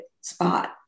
spot